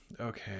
okay